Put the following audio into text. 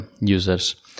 users